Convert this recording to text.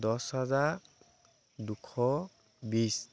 দহ হাজাৰ দুশ বিছ